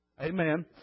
Amen